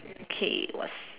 okay was